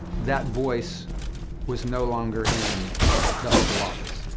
that voice was no longer in the oval office.